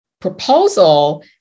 proposal